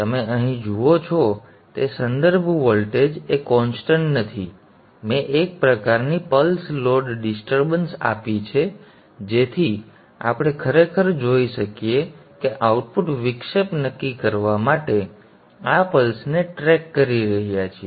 તમે અહીં જુઓ છો તે સંદર્ભ વોલ્ટેજ એ કોન્સ્ટન્ટ નથી મેં એક પ્રકારની પલ્સ લોડ ડિસ્ટર્બન્સ આપી છે જેથી આપણે ખરેખર જોઈ શકીએ કે આઉટપુટ વિક્ષેપ નક્કી કરવા માટે આ પલ્સને ટ્રેક કરી રહ્યું છે